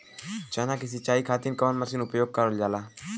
चना के सिंचाई खाती कवन मसीन उपयोग करल जाला?